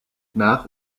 nach